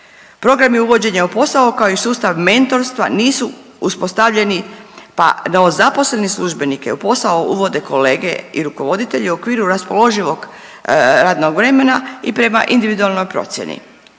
Programi uvođenja u posao kao i sustav mentorstva nisu uspostavljeni pa novozaposlene službenike u posao uvode kolege i rukovoditelji u okviru raspoloživog radnog vremena i prema individualnoj procjeni.